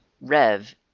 rev